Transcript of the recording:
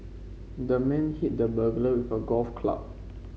the man hit the burglar with a golf club